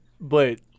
but-